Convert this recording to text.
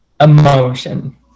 emotion